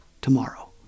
tomorrow